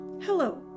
Hello